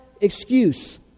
excuse